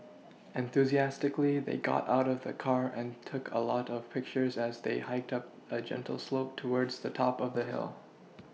enthusiastically they got out of the car and took a lot of pictures as they hiked up a gentle slope towards the top of the hill